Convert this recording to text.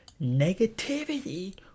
Negativity